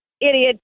idiot